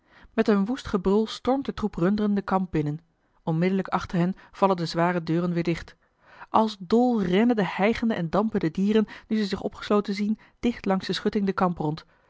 met een woest gebrul stormt de troep runderen den kamp binnen onmiddellijk achter hen vallen de zware deuren weer dicht als dol rennen de hijgende en dampende dieren nu ze zich opgesloten zien dicht langs de schutting den kamp rond